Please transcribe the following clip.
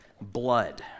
Blood